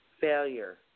failure